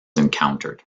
encountered